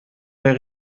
der